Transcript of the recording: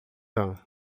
são